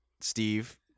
Steve